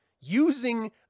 Using